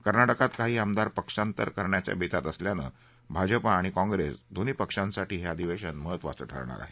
कर्ना क्रिात काही आमदार पक्षांतर करण्याच्या बेतात असल्यानं भाजपा आणि काँग्रेस दोन्ही पक्षांसाठी हे अधिवेशन महत्त्वाचं ठरणार आहे